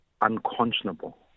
unconscionable